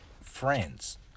friends